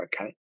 okay